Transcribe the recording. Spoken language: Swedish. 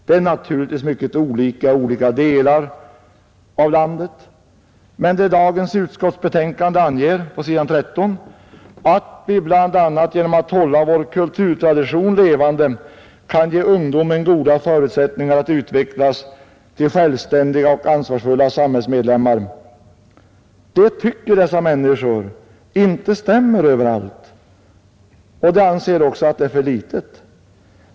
Det är naturligtvis mycket olika i olika delar av landet, men i det utskottsbetänkande vi nu behandlar uttalas det på s. 13 att vi bl.a. genom att hålla vår kulturtradition levande kan ge ungdomen goda förutsättningar för att utvecklas till självständiga och ansvarsfulla samhällsmedlemmar. Det tycker dessa människor inte stämmer överallt, och de anser också att det är för litet.